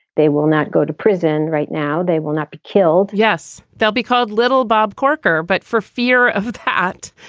they will not go to prison right now. they will not be killed yes, they'll be called little bob corker, but for fear of that.